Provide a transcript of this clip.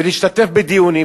ולהשתתף בדיונים,